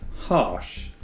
harsh